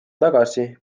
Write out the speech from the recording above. tagasi